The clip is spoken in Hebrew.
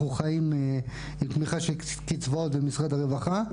אנחנו חיים מתמיכה של קצבאות ומשרד הרווחה,